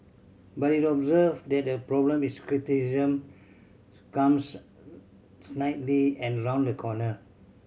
but he observed that the problem is criticism comes snidely and round the corner